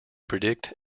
predict